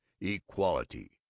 equality